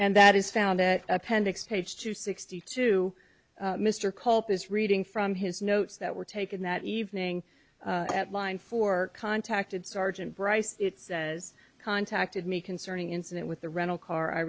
and that is found at appendix page two sixty two mr culp is reading from his notes that were taken that evening at line four contacted sergeant bryce it says contacted me concerning incident with the rental car i